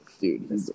Dude